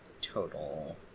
total